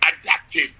adaptive